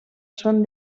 són